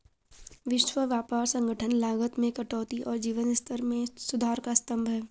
विश्व व्यापार संगठन लागत में कटौती और जीवन स्तर में सुधार का स्तंभ है